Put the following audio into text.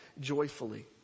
joyfully